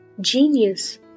genius